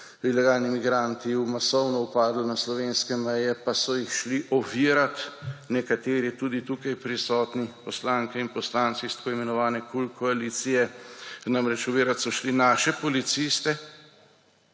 ilegalni migranti masovno upadli na slovenske meje, pa so jih šli ovirati nekateri tudi tukaj prisotni poslanke in poslanci s tako imenovane KUL koalicije. Namreč, ovirat so šli naše policiste,